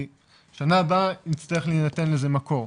כי שנה הבאה יצטרך להינתן לזה מקור.